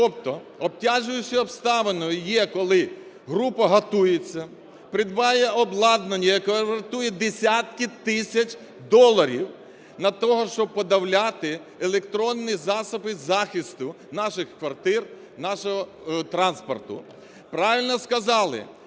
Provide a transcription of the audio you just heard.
тобто обтяжуючою обставиною є, коли група готується, придбає обкладання, яке вартує десятки тисяч доларів для того, щоб подавляти електронні засоби захисту наших квартир, нашого транспорту. Правильно сказали,